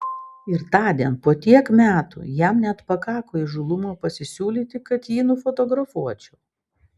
ir tądien po tiek metų jam net pakako įžūlumo pasisiūlyti kad jį nufotografuočiau